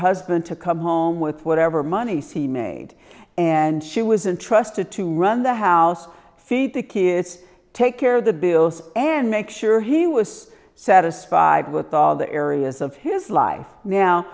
husband to come home with whatever money she made and she was entrusted to run the house feed the kids take care the bills and make sure he was satisfied with all the areas of his life now